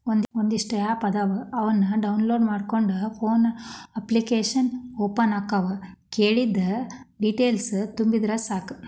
ಒಂದಿಷ್ಟ ಆಪ್ ಅದಾವ ಅವನ್ನ ಡೌನ್ಲೋಡ್ ಮಾಡ್ಕೊಂಡ ಲೋನ ಅಪ್ಲಿಕೇಶನ್ ಓಪನ್ ಆಗತಾವ ಕೇಳಿದ್ದ ಡೇಟೇಲ್ಸ್ ತುಂಬಿದರ ಸಾಕ